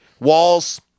walls